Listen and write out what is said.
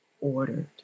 ordered